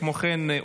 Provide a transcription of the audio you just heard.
כמו כן,